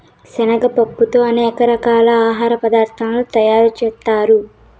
శనగ పప్పుతో అనేక రకాల ఆహార పదార్థాలను తయారు చేత్తారు